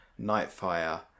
Nightfire